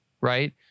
right